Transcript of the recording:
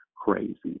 crazy